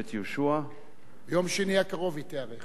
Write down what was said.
יהושע, ביום שני הקרוב היא תיערך.